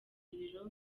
ibiro